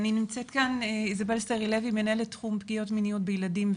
אחרת אני אסגור את הדיון אחרי הדוברים.